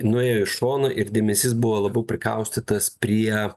nuėjo į šoną ir dėmesys buvo labiau prikaustytas prie